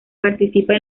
participa